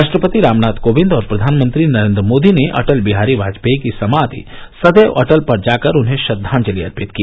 राष्ट्रपति रामनाथ कोविंद और प्रधानमंत्री नरेंद्र मोदी ने अटल बिहारी वाजपेयी की समाधि सदैव अटल पर जाकर उन्हें श्रद्वांजलि अर्पित की